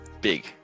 big